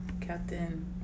Captain